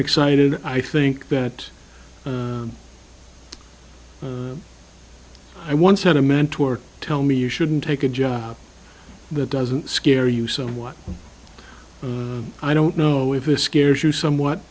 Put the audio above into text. excited i think that i once had a mentor tell me you shouldn't take a job that doesn't scare you someone i don't know if it scares you somewhat